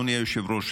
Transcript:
אדוני היושב-ראש,